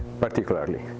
particularly